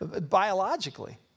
biologically